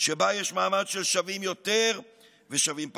שבה יש מעמד של שווים יותר ושווים פחות,